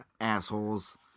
assholes